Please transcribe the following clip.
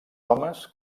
homes